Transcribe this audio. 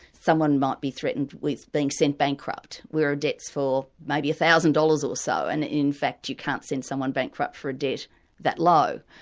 someone might be threatened with being sent bankrupt, where a debt's for maybe one thousand dollars or so, and in fact you can't send someone bankrupt for a debt that low.